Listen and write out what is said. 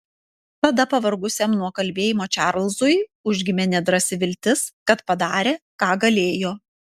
tada pavargusiam nuo kalbėjimo čarlzui užgimė nedrąsi viltis kad padarė ką galėjo